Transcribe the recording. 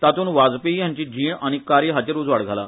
तातून वाजपेयी हांची जीण आनी कार्य हाचेर उजवाड घाला